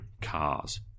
cars